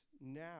now